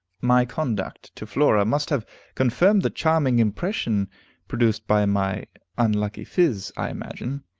my conduct to flora must have confirmed the charming impression produced by my unlucky phiz, i imagine.